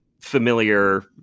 familiar